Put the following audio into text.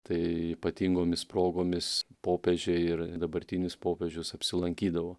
tai ypatingomis progomis popiežiai ir dabartinis popiežius apsilankydavo